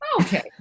Okay